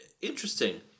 interesting